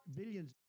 billions